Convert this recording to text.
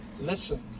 Listen